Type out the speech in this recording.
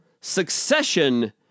Succession